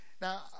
Now